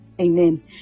amen